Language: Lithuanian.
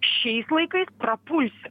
šiais laikais prapulsi